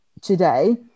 today